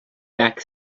back